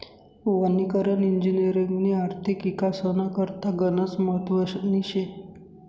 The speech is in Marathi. वनीकरण इजिनिअरिंगनी आर्थिक इकासना करता गनच महत्वनी शे